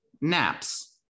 naps